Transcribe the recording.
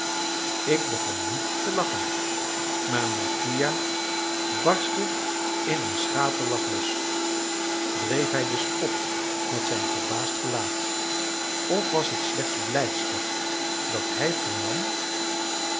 ik begon niet te lachen maar mattia barstte in een schaterlach los dreef hij den spot met mijn verbaasd gelaat of was het slechts blijdschap dat hij vernam